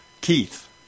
Keith